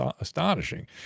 astonishing